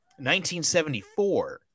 1974